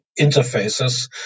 interfaces